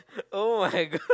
[oh]-my-god